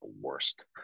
worst